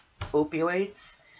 opioids